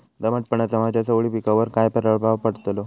दमटपणाचा माझ्या चवळी पिकावर काय प्रभाव पडतलो?